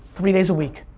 three days a week.